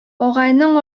агайның